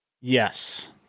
Yes